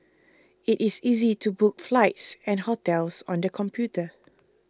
it is easy to book flights and hotels on the computer